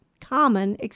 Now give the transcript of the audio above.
common